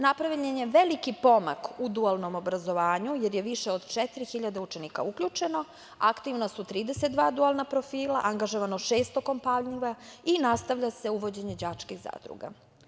Napravljen je veliki pomak u dualnom obrazovanju, jer je više od 4.000 učenika uključeno, aktivna su 32 dualna profila, angažovano 600 kompanija i nastavlja se uvođenje đačkih zadruga.